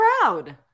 proud